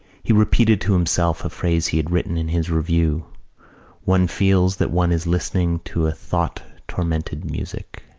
he repeated to himself a phrase he had written in his review one feels that one is listening to a thought-tormented music.